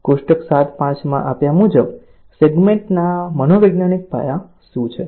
કોષ્ટક 7 5 માં આપ્યા મુજબ સેગ્મેન્ટના મનોવૈજ્ઞાનિક પાયા શું છે